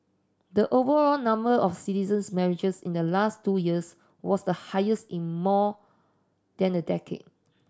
the overall number of citizens marriages in the last two years was the highest in more than a decade